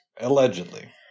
Allegedly